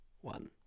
one